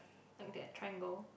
like that triangle